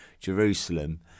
Jerusalem